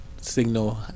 signal